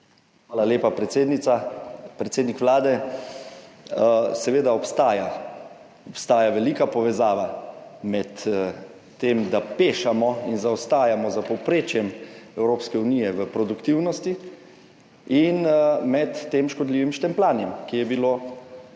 Hvala lepa, predsednica. Predsednik Vlade, seveda obstaja, obstaja velika povezava med tem, da pešamo in zaostajamo za povprečjem Evropske unije v produktivnosti, in med tem škodljivim štempljanjem, ki je bilo